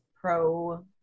pro